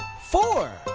four!